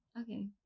Okay